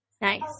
Nice